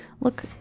look